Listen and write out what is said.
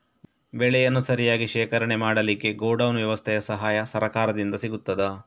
ಬೆಳೆಯನ್ನು ಸರಿಯಾಗಿ ಶೇಖರಣೆ ಮಾಡಲಿಕ್ಕೆ ಗೋಡೌನ್ ವ್ಯವಸ್ಥೆಯ ಸಹಾಯ ಸರಕಾರದಿಂದ ಸಿಗುತ್ತದಾ?